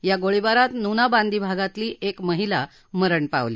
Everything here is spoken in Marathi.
या गोळीबारात नूना बांदी भागातली एक महिला मरण पावली